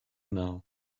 now